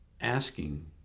asking